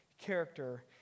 character